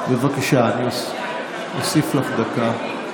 בבקשה, אני אוסיף לך דקה.